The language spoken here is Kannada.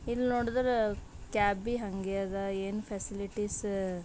ಇಲ್ಲಿ ನೋಡಿದ್ರೆ ಕ್ಯಾಬ್ ಬಿ ಹಂಗೆ ಅದ ಏನು ಫೆಸಿಲಿಟೀಸ